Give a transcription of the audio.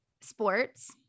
sports